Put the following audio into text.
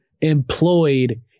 employed